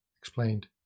explained